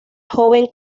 joven